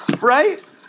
Right